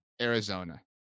Arizona